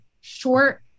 short